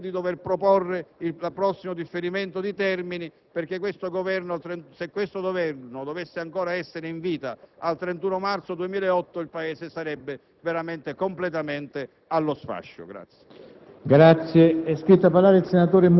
che il Governo non sia quello che dovrà proporre il prossimo differimento dei termini, perché se dovesse ancora essere in vita al 31 marzo 2008 il Paese sarebbe veramente completamente allo sfascio.